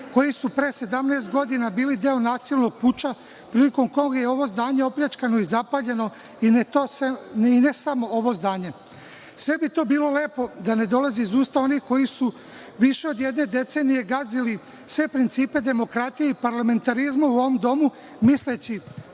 koji su pre 17 godina bili deo nacionalnog puča, prilikom kog je ovo zdanje opljačkano i zapaljeno i ne samo ovo zdanje. Sve bi to bilo lepo da ne dolazi iz usta onih koji su više od jedne decenije gazili sve principe demokratije i parlamentarizma u ovom domu, misleći